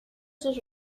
sus